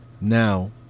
now